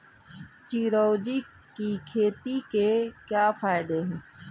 चिरौंजी की खेती के क्या फायदे हैं?